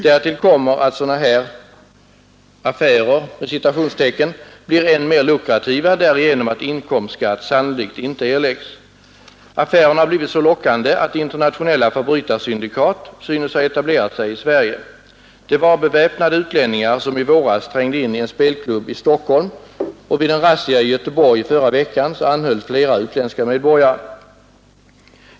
Därtill kommer att sådana ”affärer” blir än mer lukrativa därigenom att inkomstskatt sannolikt inte erläggs. Affärerna har blivit så lockande att internationella förbrytarsyndikat synes ha etablerat sig i Sverige. Det var beväpnade utlänningar som i våras trängde in i en spelklubb i Stockholm, och vid en razzia i Göteborg i förra veckan anhölls flera utländska medborgare.